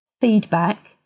feedback